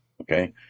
okay